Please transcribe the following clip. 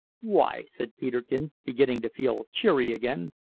why, said peterkin, beginning to feel cheery again,